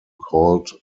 called